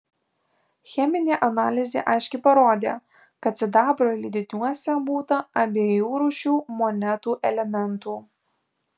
cheminė analizė aiškiai parodė kad sidabro lydiniuose būta abiejų rūšių monetų elementų